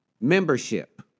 Membership